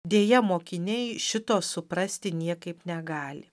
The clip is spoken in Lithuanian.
deja mokiniai šito suprasti niekaip negali